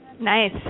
Nice